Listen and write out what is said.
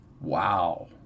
wow